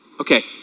Okay